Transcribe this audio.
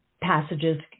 passages